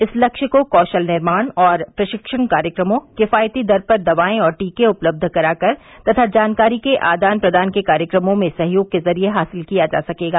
इस लक्ष्य को कौशल निर्माण और प्रशिक्षण कार्यक्रमों किफायती दर पर दवाए और टीके उपलब्ध कराकर तथा जानकारी के आदान प्रदान के कार्यक्रमों में सहयोग के ज़रिए हासिल किया जा सकेगा